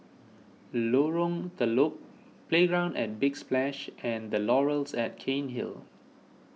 Lorong Telok Playground at Big Splash and the Laurels at Cairnhill